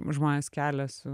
žmonės kelia su